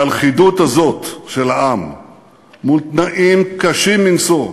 והלכידות הזאת של העם מול תנאים קשים מנשוא,